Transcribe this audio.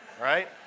Right